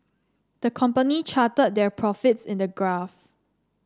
the company charted their profits in a graph